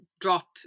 drop